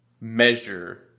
measure